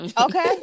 Okay